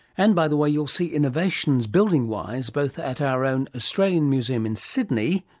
and by the way you'll see innovations building-wise both at our own australian museum in sydney,